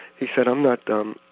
he said, i'm not dumb,